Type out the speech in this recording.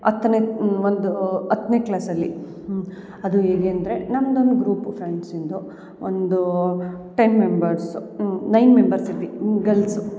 ಹತ್ತನೇ ಒಂದು ಹತ್ತನೇ ಕ್ಲಾಸಲ್ಲಿ ಅದು ಹೇಗೆ ಅಂದರೆ ನಮ್ದು ಒಂದು ಗ್ರೂಪು ಫ್ರೆಂಡ್ಸ್ ಇಂದು ಒಂದು ಟೆನ್ ಮೆಂಬರ್ಸು ನೈನ್ ಮೆಂಬರ್ಸ್ ಇದ್ವಿ ಗಲ್ಸು